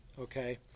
Okay